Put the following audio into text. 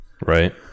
Right